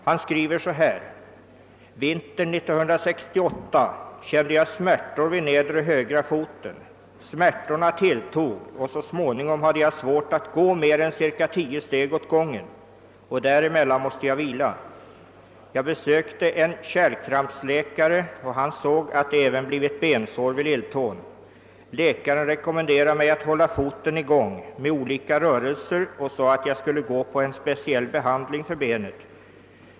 Han skriver: » Vintern 1968 kände jag smärtor vid nedre högra foten. Smärtorna tilltog och så småningom hade jag svårt att gå mer än cirka 10 steg åt gången och däremellan måste jag vila. Jag besökte en ——— kärlkrampsläkare och han såg att det även blivit bensår vid lilltån. Läkaren rekommenderade mig att hålla foten igång med olika rörelser och sade att jag skulle gå på en speciell behandling för benet.